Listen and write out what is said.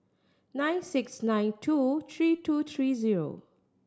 nine six nine two three two three zero